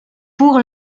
pour